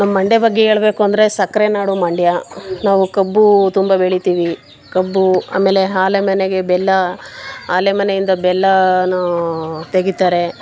ನಮ್ಮ ಮಂಡ್ಯ ಬಗ್ಗೆ ಹೇಳ್ಬೇಕು ಅಂದರೆ ಸಕ್ಕರೆ ನಾಡು ಮಂಡ್ಯ ನಾವು ಕಬ್ಬು ತುಂಬ ಬೆಳಿತೀವಿ ಕಬ್ಬು ಆಮೇಲೆ ಆಲೆ ಮನೆಗೆ ಬೆಲ್ಲ ಆಲೆ ಮನೆಯಿಂದ ಬೆಲ್ಲನೂ ತೆಗಿತಾರೆ